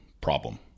problem